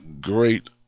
great